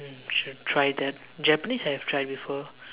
I should try that Japanese I have tried before